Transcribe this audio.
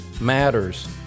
matters